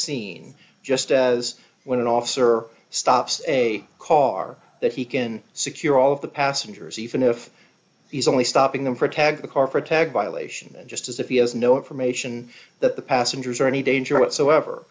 scene just as when an officer stops a car that he can secure all of the passengers even if he's only stopping them protect the car protect violation and just as if he has no information that the passengers are any danger whatsoever